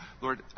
Lord